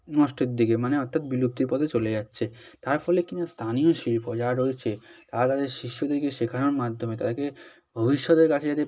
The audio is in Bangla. নষ্টের দিকে মানে অর্থাৎ বিলুপ্তির পথে চলে যাচ্ছে তার ফলে কিনা স্থানীয় শিল্প যা রয়েছে তা তাদের শিষ্যদেরকে শেখানোর মাধ্যমে তাদেরকে ভবিষ্যতের কাছে যাতে